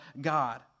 God